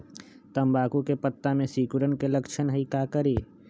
तम्बाकू के पत्ता में सिकुड़न के लक्षण हई का करी?